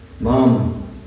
Mom